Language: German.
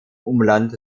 umland